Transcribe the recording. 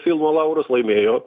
filmų laurus laimėjo